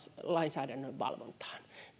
lainsäädännön valvontaan